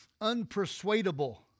unpersuadable